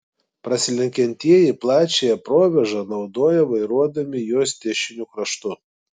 prasilenkiantieji plačiąją provėžą naudoja vairuodami jos dešiniu kraštu